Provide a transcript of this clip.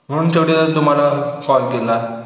म्हणून शेवटी तुम्हाला कॉल केला